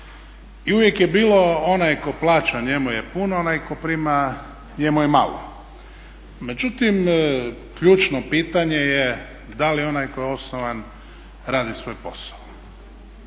I uvijek je bilo onaj tko plaća njemu je puno, onaj tko prima njemu je malo. Međutim, ključno pitanje je da li onaj koji je osnovan radi svoj posao?